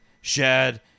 Shad